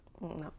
No